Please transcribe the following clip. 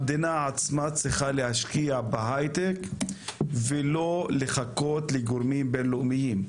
המדינה עצמה צריכה להשקיע בהייטק ולא לחכות לגורמים בין-לאומיים,